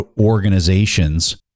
organizations